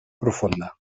profunda